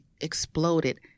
exploded